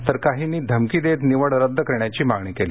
तर काहींनी धमकी देत निवड रद्द करण्याची मागणी केली